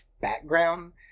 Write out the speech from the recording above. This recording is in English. background